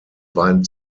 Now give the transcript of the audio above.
beiden